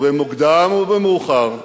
ובמוקדם או במאוחר,